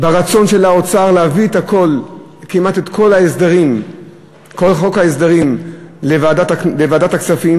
ברצון של האוצר להביא כמעט את כל חוק ההסדרים לוועדת הכספים,